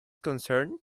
concerned